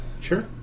Sure